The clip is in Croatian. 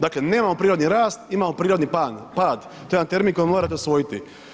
Dakle, nemamo prirodni rast, imamo prirodni pad, to je jedan termin koji morate usvojiti.